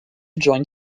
joined